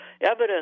evidence